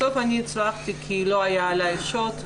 בסוף אני הצלחתי כי לא היה עלי "שוט".